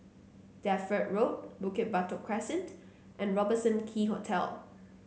Deptford Road Bukit Batok Crescent and Robertson Quay Hotel